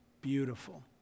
beautiful